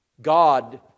God